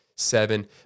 Seven